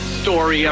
story